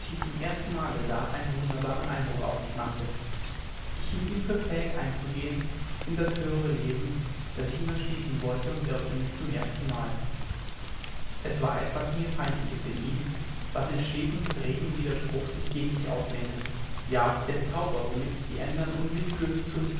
zum ersten male sah einen wunderbaren eindruck auf mich machte ich hielt ihn für fähig einzugehen in das höhere leben das ich ihm erschließen wollte und irrte mich zum erstenmal es war etwas mir feindliches in ihm was in stetem regen widerspruch sich gegen mich auflehnte ja der zauber womit ich die ändern unwillkürlich